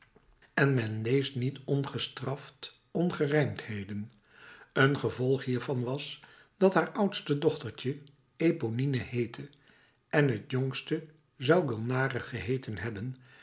en men leest niet ongestraft ongerijmdheden een gevolg hiervan was dat haar oudste dochtertje eponine heette en het jongste zou gulnare geheeten hebben